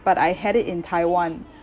but I had it in taiwan